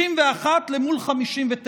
61 מול 59,